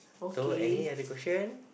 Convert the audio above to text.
so any other question